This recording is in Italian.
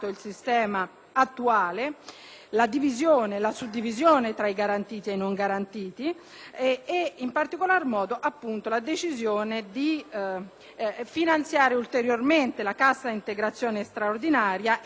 attuale, con la suddivisione tra i garantiti e i non garantiti e in particolar modo con la decisione di finanziare ulteriormente la cassa integrazione straordinaria. Ricordo